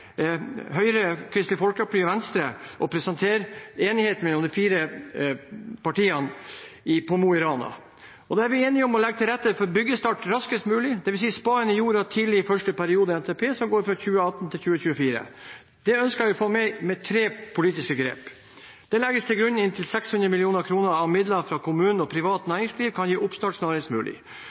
Høyre, Kristelig Folkeparti og Venstre og presentere enighet mellom de fire partiene på Mo i Rana. Der er vi enige om å legge til rette for byggestart raskest mulig, dvs. å få spaden i jorda tidlig i første periode i NTP, som går fra 2018 til 2024. Det ønsker vi å få til med tre politiske grep: Det legges til grunn at inntil 600 mill. kr av midler fra kommunen og privat næringsliv kan gi oppstart snarest mulig.